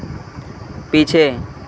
पीछे